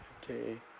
okay